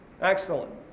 Excellent